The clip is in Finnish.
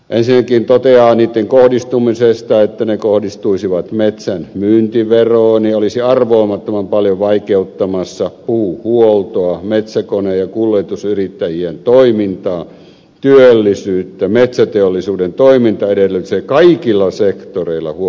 ensinnäkin hän toteaa niitten kohdistumisesta että ne kohdistuisivat metsän myyntiveroon ja olisivat arvaamattoman paljon vaikeuttamassa puuhuoltoa metsäkone ja kuljetusyrittäjien toimintaa työllisyyttä metsäteollisuuden toimintaedellytyksiä kaikilla sektoreilla huom